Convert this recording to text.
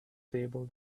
table